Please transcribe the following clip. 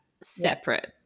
separate